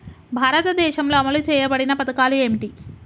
భారతదేశంలో అమలు చేయబడిన పథకాలు ఏమిటి?